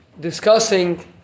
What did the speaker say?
discussing